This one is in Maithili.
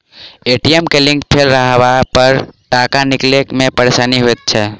ए.टी.एम के लिंक फेल रहलापर टाका निकालै मे परेशानी होइत छै